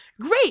Great